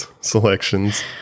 selections